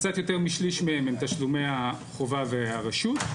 קצת יותר משליש מהם הם תשלומי החובה והרשות.